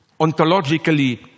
ontologically